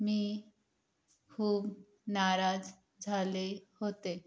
मी खूप नाराज झाले होते